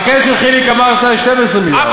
בכנס של חיליק אמרת לי 12 מיליארד.